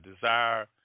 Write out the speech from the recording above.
desire